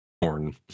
porn